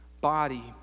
body